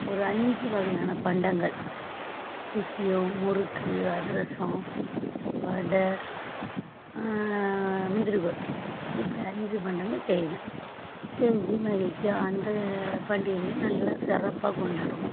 ஒரு அஞ்சு வகையான பண்டங்கள் சுசியம் முறுக்கு அதுரசம் வடை முந்திரிக்கொத்து இப்படி அஞ்சு பண்டங்கள் செய்வேன் செஞ்சு மகிழ்ச்சியா அந்த பண்டிகைகளையும் நல்லா சிறப்பாக கொண்டாடுவோம்